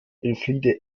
elfriede